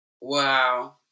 Wow